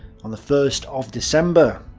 on the first of december,